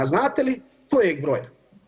A znate li kojeg broja?